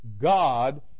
God